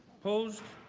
opposed?